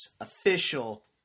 official